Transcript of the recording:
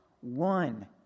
one